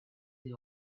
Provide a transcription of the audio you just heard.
they